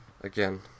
Again